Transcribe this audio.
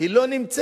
היא לא נמצאת.